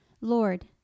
Lord